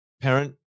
parent